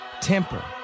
temper